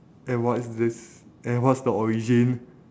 and what is this and what's the origin